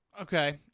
Okay